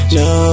no